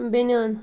بٔنۍیان